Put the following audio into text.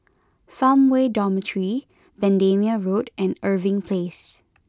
Farmway Dormitory Bendemeer Road and Irving Place